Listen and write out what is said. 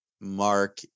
Mark